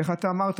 איך אתה אמרת?